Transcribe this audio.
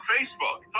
Facebook